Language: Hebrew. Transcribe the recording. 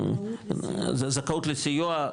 זכאות לסיוע,